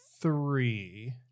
three